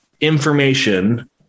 information